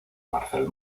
marcel